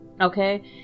okay